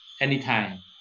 anytime